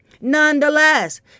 Nonetheless